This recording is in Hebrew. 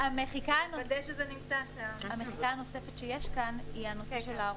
המחיקה הנוספת שיש פה היא הנושא של ---.